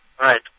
Right